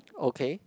okay